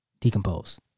decomposed